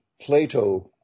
Plato